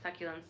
succulents